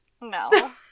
No